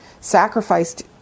sacrificed